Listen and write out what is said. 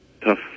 tough